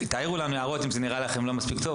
תעירו לנו הערות אם אתם חושבים שזה לא מספיק טוב,